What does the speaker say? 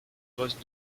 poste